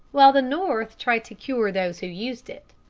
while the north tried to cure those who used it.